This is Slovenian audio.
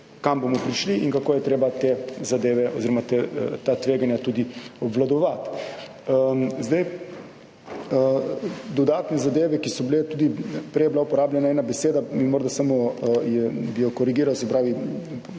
kam bomo prišli in kako je treba te zadeve oziroma ta tveganja tudi obvladovati. Zdaj, dodatne zadeve, ki so bile, tudi prej je bila uporabljena ena beseda in morda samo je, bi jo korigiral, se pravi